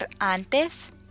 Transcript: antes